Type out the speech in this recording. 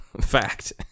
Fact